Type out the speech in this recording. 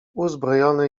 uzbrojony